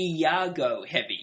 Iago-heavy